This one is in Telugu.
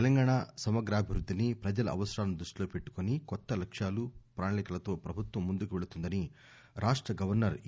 తెలంగాణ సమగ్రాభివృద్దిని ప్రజల అవసరాలను దృష్టిలో పెట్టుకొని కొత్త లక్యాలు ప్రణాళికలతో ప్రభుత్వం ముందుకు పెళుతుందని రాష్ట గవర్నర్ ఇ